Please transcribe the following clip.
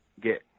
get